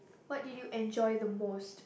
what do you enjoy the most